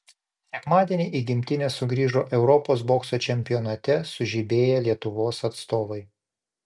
sekmadienį į gimtinę sugrįžo europos bokso čempionate sužibėję lietuvos atstovai